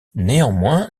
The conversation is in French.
néanmoins